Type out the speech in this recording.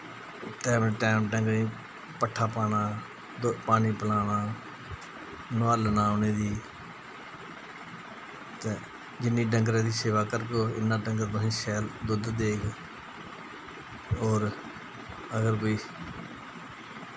time to time डंगरें गी पट्ठा पाना पानी पलाना नुहालना उ'नेंगी ते जिन्नी डंगरें दी सेवा करगेओ इन्ना डंगर तुसेंगी शैल दुद्ध देग होर अगर कोई